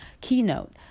keynote